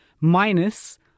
minus